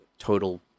Total